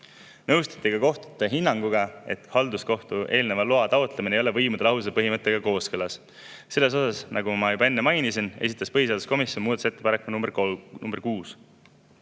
Nõustuti kohtute hinnanguga, et halduskohtu eelneva loa taotlemine ei ole võimude lahususe põhimõttega kooskõlas. Selle kohta, nagu ma juba enne mainisin, esitas põhiseaduskomisjon muudatusettepaneku nr 6.